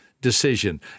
decision